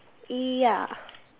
ya